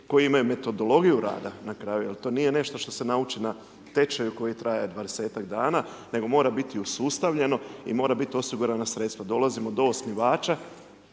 koji imaju metodologiju rada na kraju jer to nije nešto što se nauči na tečaju koji traje 20-tak dana, nego mora biti usustavljeno i mora biti osigurana sredstva. Dolazimo do osnivača,